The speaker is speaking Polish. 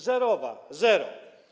Zerowa, zero.